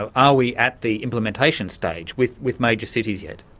are ah we at the implementation stage with with major cities yet?